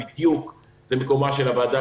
בדיוק זה מקומה של הוועדה,